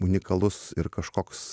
unikalus ir kažkoks